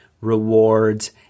rewards